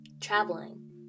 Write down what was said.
traveling